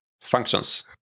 functions